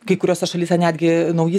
kai kuriose šalyse netgi nauji